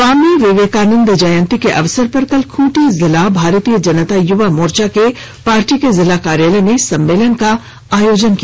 स्वामी विवेकानंद जयंती के अवसर पर कल खूंटी जिला भारतीय जनता युवा मोर्चा ने पार्टी के जिला कार्यालय में सम्मेलन का आयोजन किया